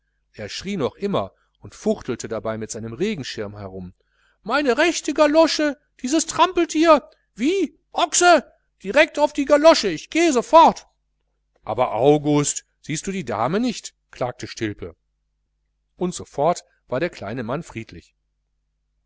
er schrie immer noch und fuchtelte dabei mit seinem regenschirm herum meine rechte gallosche dieses trampeltier wie ochse direkt auf die gallosche ich gehe sofort aber august siehst du die dame nicht klagte stilpe und sofort war der kleine mann friedlich